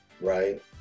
right